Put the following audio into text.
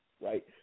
right